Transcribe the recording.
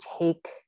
take